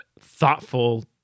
thoughtful